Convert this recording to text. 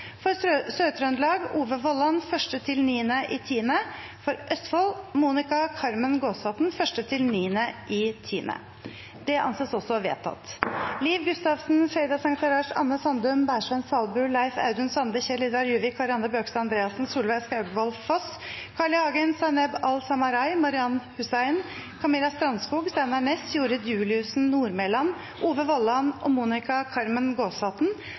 For Sør-Trøndelag fylke: Ove Vollan 1.–9. oktober For Østfold fylke: Monica Carmen Gåsvatn 1.–9. oktober Liv Gustavsen, Sheida Sangtarash, Anne Sandum, Bersvend Salbu, Leif Audun Sande, Kjell-Idar Juvik, Kari Anne Bøkestad Andreassen, Solveig Skaugvoll Foss, Carl I. Hagen, Zaineb Al-Samarai, Marian Hussein, Camilla Strandskog, Steinar Ness, Jorid Juliussen Nordmelan, Ove Vollan og Monica Carmen Gåsvatn